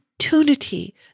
Opportunity